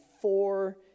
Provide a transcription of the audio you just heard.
four